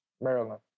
Maryland